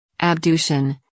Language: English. Abduction